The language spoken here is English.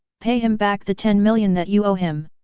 pay him back the ten million that you owe him!